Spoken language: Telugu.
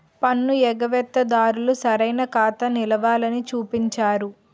పన్ను ఎగవేత దారులు సరైన ఖాతా నిలవలని చూపించరు